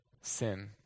sin